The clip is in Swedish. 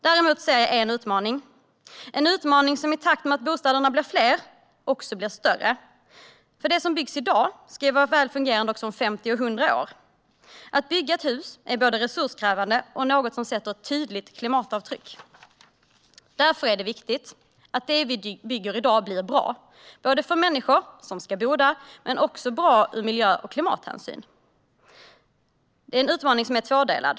Däremot ser jag en utmaning. Det är en utmaning som i takt med att bostäderna blir fler också blir större. Det som byggs i dag ska vara väl fungerande även om 50 och 100 år. Att bygga ett hus är både resurskrävande och något som gör ett tydligt klimatavtryck. Därför är det viktigt att det vi bygger i dag blir bra för människor som ska bo där men också att det blir bra ur miljö och klimathänsyn. Det är en utmaning som är tvådelad.